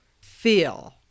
feel